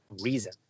reason